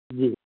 جی